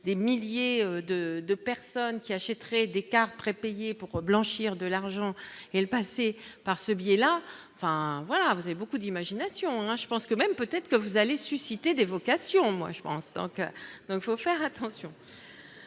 des milliers de de personnes qui achèteraient des cartes prépayées pour blanchir de l'argent et le passé par ce biais-là, voilà, vous avez beaucoup d'imagination, je pense que même peut-être que vous allez susciter des vocations, moi je pense qu'il faut faire attention,